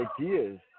ideas